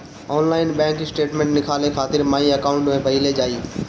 online bank statement निकाले खातिर my account पे पहिले जाए